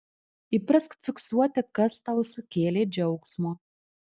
įprask fiksuoti kas tau sukėlė džiaugsmo